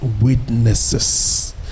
witnesses